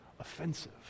offensive